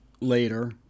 later